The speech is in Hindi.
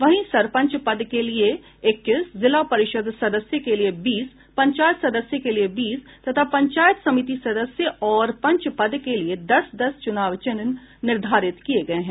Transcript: वहीं सरपंच पद के लिए इक्कीस जिला परिषद सदस्य के लिए बीस पंचायत सदस्य के लिए बीस तथा पंचायत समिति सदस्य और पंच पद के लिए दस दस चुनाव चिन्ह निर्धारित किये गये हैं